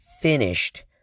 finished